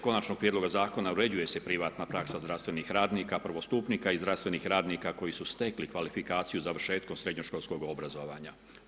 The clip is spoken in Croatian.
Konačnog prijedloga zakona uređuje se privatna praksa zdravstvenih radnika, prvostupnika i zdravstvenih radnika, koji su stekli kvalifikaciju završetka srednjoškolskog obrazovanja.